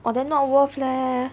oh then not worth leh